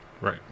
right